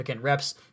reps